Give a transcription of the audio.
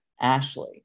Ashley